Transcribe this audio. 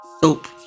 Soap